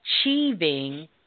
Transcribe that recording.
achieving